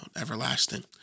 everlasting